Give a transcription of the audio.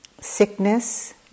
sickness